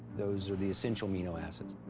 those are the essential amino acids,